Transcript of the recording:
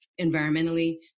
environmentally